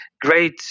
great